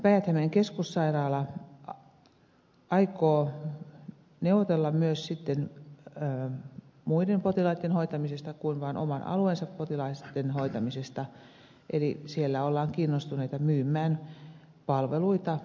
päijät hämeen keskussairaala aikoo neuvotella myös sitten muiden kuin vain oman alueensa potilaitten hoitamisesta eli siellä ollaan kiinnostuneita myymään palveluita ulkopuolisille